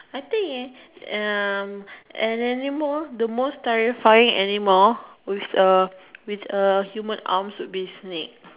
I think in um an animal the most terrifying animal with a with a human arms would be snake